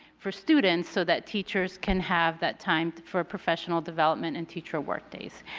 for students. so that teachers can have that time for professional development and teacher workdays.